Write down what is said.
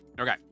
Okay